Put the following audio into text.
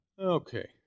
Okay